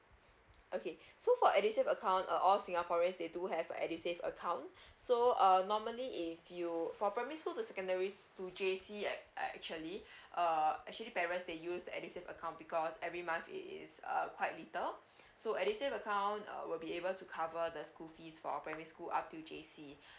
okay so for edusave account uh all singaporeans they do have an edusave account so uh normally if you for primary school to secondary school to J_C at at actually uh actually parents they use the edusave account because every month it is uh quite little so edusave account uh will be able to cover the school fees for primary school up to J_C